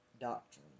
doctrine